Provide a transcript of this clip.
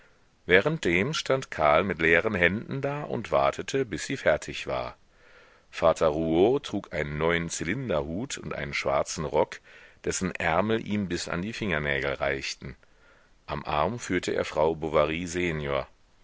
währenddem stand karl mit leeren händen da und wartete bis sie fertig war vater rouault trug einen neuen zylinderhut und einen schwarzen rock dessen ärmel ihm bis an die fingernägel reichten am arm führte er frau bovary senior